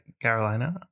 Carolina